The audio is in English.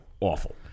Awful